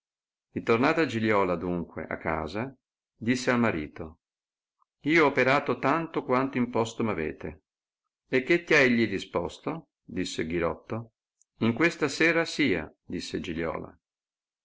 ritornata giliola adunque a casa disse al marito io ho operato tanto quanto imposto m avete e che ti ha egli risposto disse ghirotto in questa sera sia disse giliola